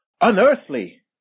Unearthly